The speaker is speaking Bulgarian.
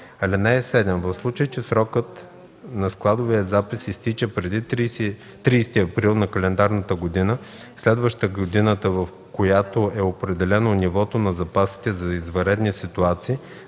закон. (7) В случай че срокът на складовия запис изтича преди 30 април на календарната година, следваща годината, в която е определено нивото на запасите за извънредни ситуации